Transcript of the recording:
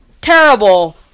terrible